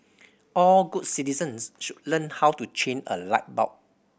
all good citizens should learn how to change a light bulb